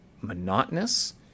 monotonous